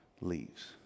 leaves